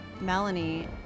Melanie